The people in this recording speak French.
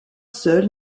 seul